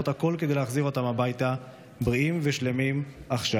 הכול כדי להחזיר אותם הביתה בריאים ושלמים עכשיו.